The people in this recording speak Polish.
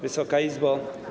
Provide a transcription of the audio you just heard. Wysoka Izbo!